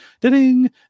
ding